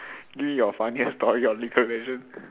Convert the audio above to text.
give me your funniest story on league-of-legend